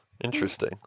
interesting